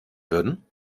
würden